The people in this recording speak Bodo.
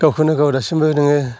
गावखौनो गाव दासिमबो नोङो